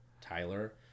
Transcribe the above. Tyler